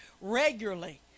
regularly